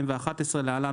התשע"א 2011 (להלן,